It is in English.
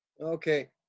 Okay